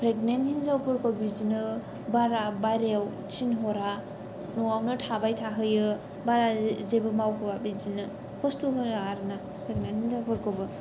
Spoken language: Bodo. प्रेगनेन्ट हिनजावफोरखौ बिदिनो बारा बायह्रायाव थिनह'रा न'आवनो थाबाय थाहोयो बारा जेबो मावहोआ बिदिनो खस्थ' होआ आरो ना प्रेगनेन्ट हिनजावफोरखौबो